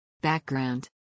Background